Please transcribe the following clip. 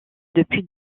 depuis